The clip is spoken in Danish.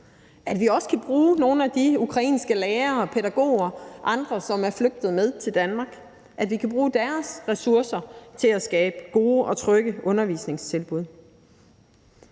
at vi også kan bruge nogle af de ukrainske lærere, pædagoger og andre, som er flygtet med til Danmark; at vi kan bruge deres ressourcer til at skabe gode og trygge undervisningstilbud.